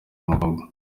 umukobwa